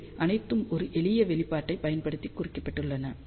இவை அனைத்தும் ஒரு எளிய வெளிப்பாட்டைப் பயன்படுத்தி குறிப்பிடப்பட்டுள்ளன